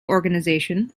organization